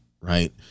right